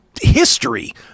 history